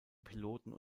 piloten